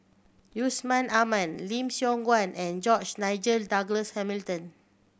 Yusman Aman Lim Siong Guan and George Nigel Douglas Hamilton